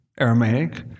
Aramaic